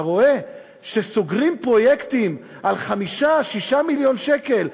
רואה שסוגרים פרויקטים על 6-5 מיליון שקל,